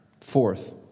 Fourth